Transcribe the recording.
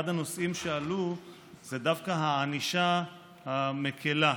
אחד הנושאים שעלו זה דווקא הענישה המקילה.